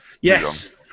Yes